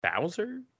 bowser